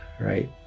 right